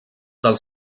del